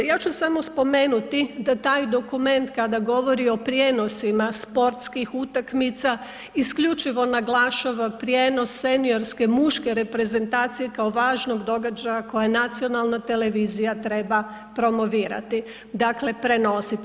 Ja ću samo spomenuti da taj dokument kada govori o prijenosima sportskih utakmica isključivo naglašava prijenos seniorske muške reprezentacije kao važnog događaja koje nacionalna televizija treba promovirati, dakle prenositi.